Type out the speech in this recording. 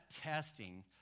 testing